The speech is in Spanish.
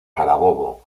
carabobo